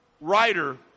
writer